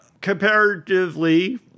comparatively